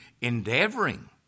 endeavoring